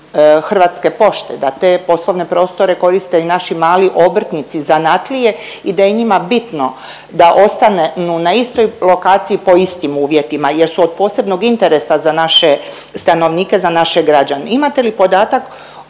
Hrvatske pošte, da prostore koriste i naši mali obrtnici, zanatlije i da je njima bitno da ostanu na istoj lokaciji po istim uvjetima jer su od posebnog interesa za naše stanovnike, za naše građane. Imate li podatak